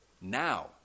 now